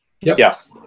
Yes